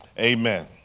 amen